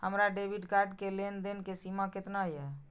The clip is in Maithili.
हमार डेबिट कार्ड के लेन देन के सीमा केतना ये?